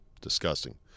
Disgusting